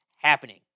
happening